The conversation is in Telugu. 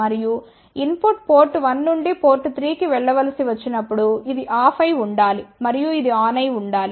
మరియు ఇన్ పుట్ పోర్ట్ 1 నుండి పోర్ట్ 3 కి వెళ్ళవలసి వచ్చినప్పుడు ఇది ఆఫ్ అయి ఉండాలి మరియు ఇది ఆన్ అయి ఉండాలి